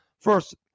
First